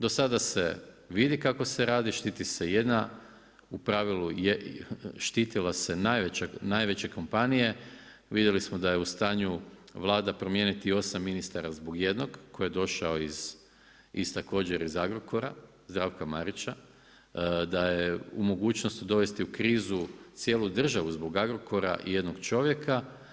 Do sada se vidi kako se radi, štiti se jedna, u pravilu štitilo se najveće kompanije, vidjeli smo da je u stanju Vlada promijeniti i 8 ministara zbog jednog koji je došao iz, iz također iz Agrokora, Zdravka Marića, da je u mogućnosti dovesti u krizu cijelu državu zbog Agrokora i jednog čovjeka.